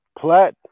Platt